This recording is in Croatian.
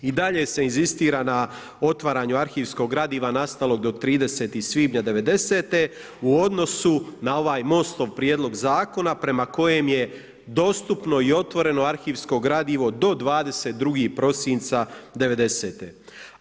I dalje se inzistira na otvaranju arhivskog gradiva nastalog do 30. svibnja '90.-te u odnosu na ovaj MOST-ov prijedlog zakona prema kojem je dostupno i otvoreno arhivsko gradivo do 22. prosinca '90.-te.